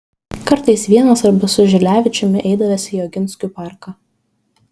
kartais vienas arba su žilevičiumi eidavęs į oginskių parką